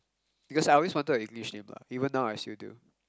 because I always wanted a English name ah even now I still do